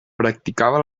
practicava